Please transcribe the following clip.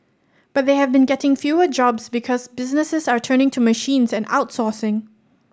but they have been getting fewer jobs because businesses are turning to machines and outsourcing